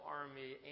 army